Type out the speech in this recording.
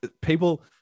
people